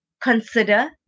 consider